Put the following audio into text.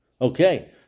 okay